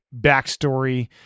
backstory